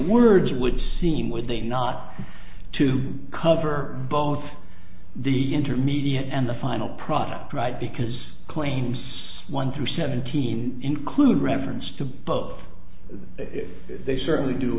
would seem would they not to cover both the intermediate and the final product right because claims one through seventeen include reference to both they certainly do